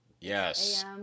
Yes